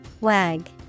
Wag